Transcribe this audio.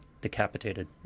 decapitated